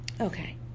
Okay